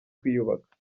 kwiyubaka